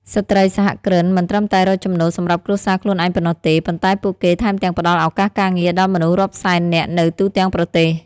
ស្ត្រីសហគ្រិនមិនត្រឹមតែរកចំណូលសម្រាប់គ្រួសារខ្លួនឯងប៉ុណ្ណោះទេ ប៉ុន្តែពួកគេថែមទាំងផ្ដល់ឱកាសការងារដល់មនុស្សរាប់សែននាក់នៅទូទាំងប្រទេស។